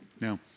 Now